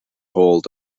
hold